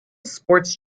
sports